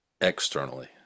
externally